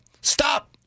Stop